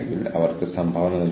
ഇവ ദീർഘകാല പദ്ധതികളാണ്